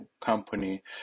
company